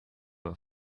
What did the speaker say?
have